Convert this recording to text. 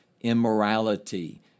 immorality